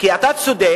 כי אתה צודק,